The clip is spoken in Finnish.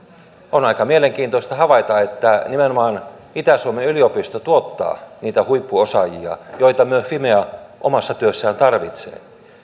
on aika mielenkiintoista havaita että nimenomaan itä suomen yliopisto tuottaa niitä huippuosaajia joita myös fimea omassa työssään tarvitsee